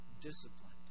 Disciplined